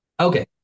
Okay